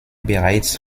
bereits